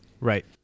right